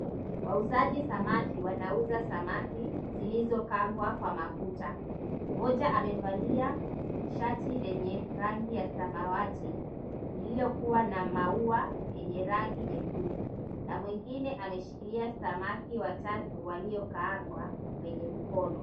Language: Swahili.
Wauzaji samaki wanauza samaki zilizo kaangwa kwa mafuta mmoja amevalia shati lenye rangi la samawati lililo kuwa na mauwa yenye rangi ya nyekundu na mwingine ameshikilia samaki watatu waliokaangwa kwenye mkono.